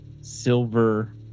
silver